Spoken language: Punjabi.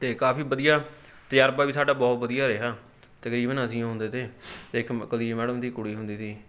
ਅਤੇ ਕਾਫੀ ਵਧੀਆ ਤਜਰਬਾ ਵੀ ਸਾਡਾ ਬਹੁਤ ਵਧੀਆ ਰਿਹਾ ਤਕਰੀਬਨ ਅਸੀਂ ਓ ਹੁੰਦੇ ਤੇ ਅਤੇ ਇੱਕ ਕੁਲਦੀਪ ਮੈਡਮ ਦੀ ਕੁੜੀ ਹੁੰਦੀ ਤੀ